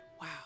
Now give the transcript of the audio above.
wow